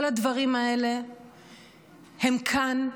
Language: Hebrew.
כל הדברים האלה הם כאן,